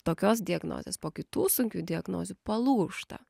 tokios diagnozės po kitų sunkių diagnozių palūžta